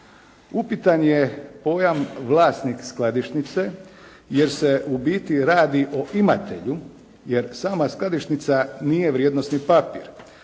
Upitan je pojam vlasnik skladišnice jer se u biti radi o imatelju, jer sama skladišnica nije vrijednosni papir,